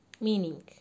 Meaning